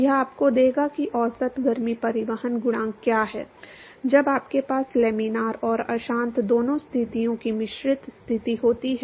यह आपको देगा कि औसत गर्मी परिवहन गुणांक क्या है जब आपके पास लैमिनार और अशांत दोनों स्थितियों की मिश्रित स्थिति होती है